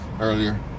earlier